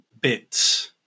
Bits